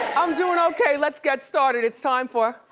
i'm doin' okay. let's get started. it's time for.